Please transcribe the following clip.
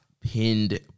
pinned